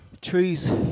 trees